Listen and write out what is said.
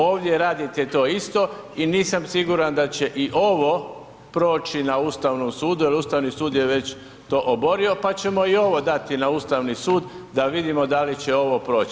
Ovdje radite to isto i nisam siguran da će i ovo proći na Ustavnom sudu jer Ustavni sud je već to oborio pa ćemo i ovo dati na Ustavni sud da vidimo da li će ovo proći.